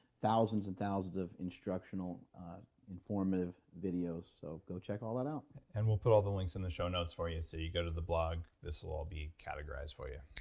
thousands and thousands of instructional informative videos, so go check all that out and we'll put all the links in the show notes for you so you go to the blog, this will all be categorized for yeah